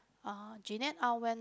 uh Jeanette Aw went